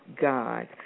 God